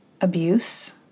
abuse